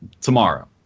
tomorrow